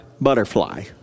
butterfly